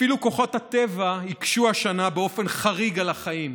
אפילו כוחות הטבע הקשו השנה באופן חריג על החיים,